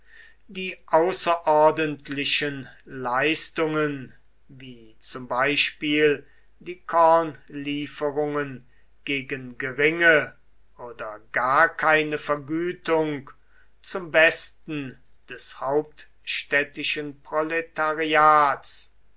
die außerordentlichen leistungen wie zum beispiel die kornlieferungen gegen geringe oder gar keine vergütung zum besten des hauptstädtischen proletariats